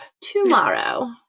tomorrow